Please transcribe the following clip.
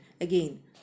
again